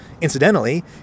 incidentally